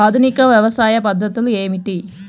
ఆధునిక వ్యవసాయ పద్ధతులు ఏమిటి?